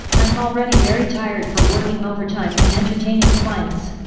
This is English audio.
i'm already very tired for working overtime and entertaining clients!